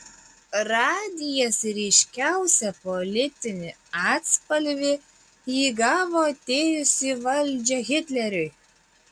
radijas ryškiausią politinį atspalvį įgavo atėjus į valdžią hitleriui